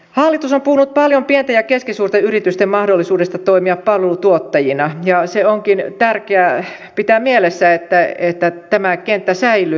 hallitus on puhunut paljon pienten ja keskisuurten yritysten mahdollisuudesta toimia palvelutuottajina ja se onkin tärkeää pitää mielessä että tämä kenttä säilyy